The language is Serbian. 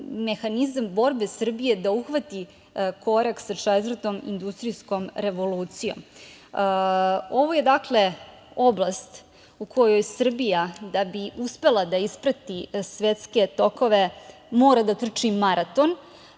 mehanizam borbe Srbije da uhvati korak sa Četvrtom industrijskom revolucijom. Ovo je oblast u kojoj Srbija, da bi uspela da isprati svetske tokove, mora da trči maraton,